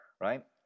right